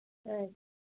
अच्छा